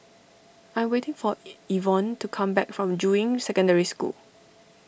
I am waiting for Ivonne to come back from Juying Secondary School